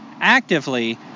actively